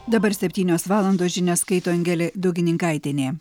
dabar septynios valandos žinias skaito angelė daugininkaitienė